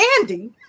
Andy